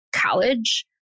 college